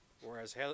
Whereas